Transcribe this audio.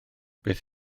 beth